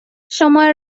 شماره